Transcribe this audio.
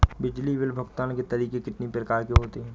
बिजली बिल भुगतान के तरीके कितनी प्रकार के होते हैं?